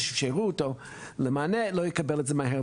שהוא שירות או מענה לא יקבל את זה מהר.